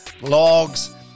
logs